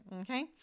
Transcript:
Okay